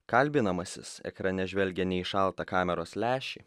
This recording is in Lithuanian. kalbinamasis ekrane žvelgia ne į šaltą kameros lęšį